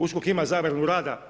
USKOK ima zabranu rada